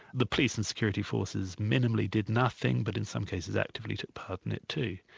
the police and security forces minimally did nothing, but in some cases actively took part in it too.